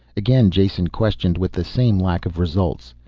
again jason questioned with the same lack of results.